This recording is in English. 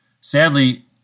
Sadly